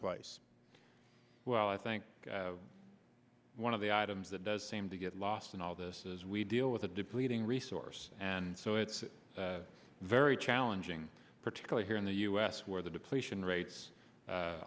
place well i think one of the items that does seem to get lost in all this is we deal with a depleting resource and so it's very challenging particularly here in the u s where the depletion rates